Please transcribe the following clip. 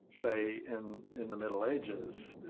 say, in in the middle ages.